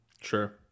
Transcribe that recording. Sure